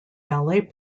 ballet